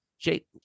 Jake